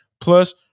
plus